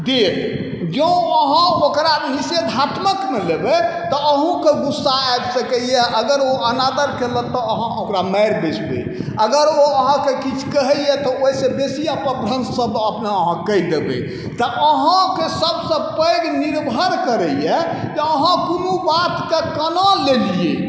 देत जँ अहाँ ओकरा निषेधात्मक रूपमे लेबै तऽ अहूँके गुस्सा आबि सकैए अगर ओ अनादर केलक तऽ अहाँ ओकरा मारि बैसबै अगर ओ अहाँके किछु कहैए तऽ ओहिसँ बेसी अपभ्रन्श शब्द अपने अहाँ कहि देबै तऽ अहाँके सबसँ पैघ निर्भर करैए जे अहाँ कोनो बातके कोना लेलिए